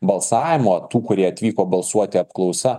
balsavimo tų kurie atvyko balsuoti apklausa